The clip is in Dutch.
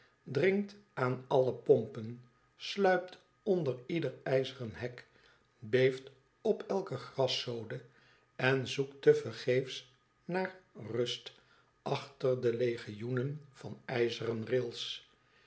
drinkt aan alle pompen sluipt onder ieder ijzeren hek beeft op dke graszode en zoekt tevergeefs naar rust achter de legioenen van ijzeren rails